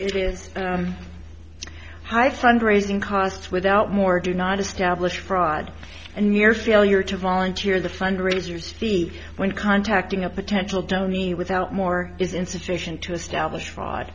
it is high fundraising costs without more do not establish fraud and here failure to volunteer the fundraisers feet when contacting a potential dony without more is insufficient to establish fraud